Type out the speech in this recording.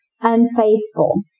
unfaithful